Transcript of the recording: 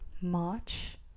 March